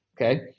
okay